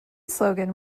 slogan